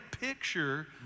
picture